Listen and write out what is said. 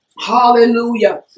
Hallelujah